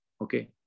Okay